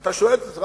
אתה שואל את עצמך,